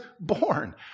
born